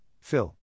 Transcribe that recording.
Phil